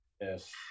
Yes